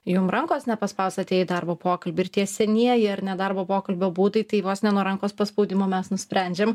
jum rankos nepaspaus atėję į darbo pokalbį ir tie senieji ar ne darbo pokalbio būdai tai vos ne nuo rankos paspaudimo mes nusprendžiam